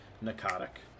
narcotic